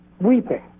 weeping